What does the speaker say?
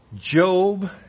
Job